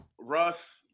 Russ